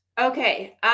Okay